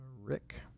Rick